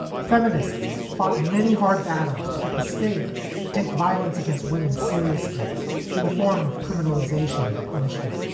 feminists fought many hard battles to get the state to take violence against women seriously in the form of criminalization and punishment.